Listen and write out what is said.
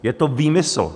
Je to výmysl.